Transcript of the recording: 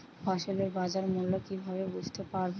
ফসলের বাজার মূল্য কিভাবে বুঝতে পারব?